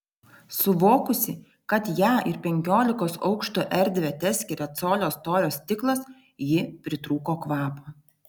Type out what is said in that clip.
suvokusi kad ją ir penkiolikos aukštų erdvę teskiria colio storio stiklas ji pritrūko kvapo